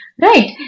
Right